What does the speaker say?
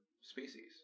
species